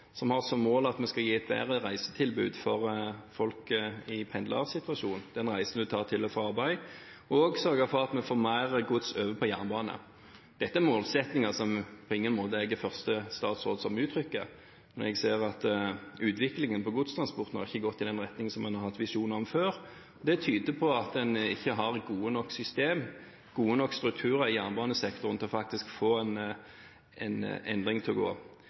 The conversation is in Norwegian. som har som mål at vi skal gi et bedre reisetilbud for folk i pendlersituasjon, den reisen en tar til og fra arbeid, og sørge for at vi får mer gods over på jernbane. Dette er målsettinger som jeg på ingen måte er første statsråd som uttrykker, men jeg ser at utviklingen på godstransporten ikke har gått i den retningen en har hatt visjoner om før. Det tyder på at en ikke har gode nok system, gode nok strukturer i jernbanesektoren til faktisk å få til en endring.